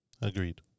agreed